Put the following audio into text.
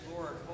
Lord